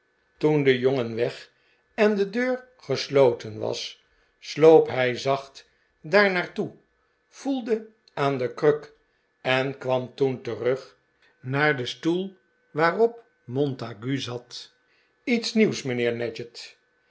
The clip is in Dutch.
toen de jongen weg en de deur genadgett s aanteekeningen sloten was sloop hij zacht daar naar toe voelde aan de kruk en kwam toen terug naar den stoel waarop montague zat iets nieuws mijnheer